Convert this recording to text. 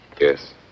Yes